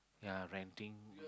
ya renting